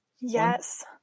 yes